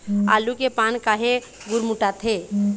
आलू के पान काहे गुरमुटाथे?